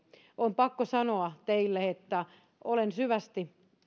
on pakko sanoa teille että olen